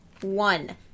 one